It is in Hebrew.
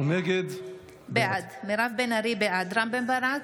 בעד רם בן ברק,